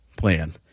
plan